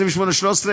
28(13),